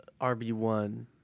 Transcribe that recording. RB1